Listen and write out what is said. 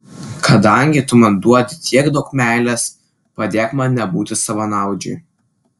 kadangi tu man duodi tiek daug meilės padėk man nebūti savanaudžiui